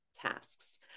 tasks